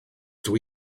dydw